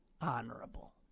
honorable